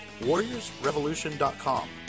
warriorsrevolution.com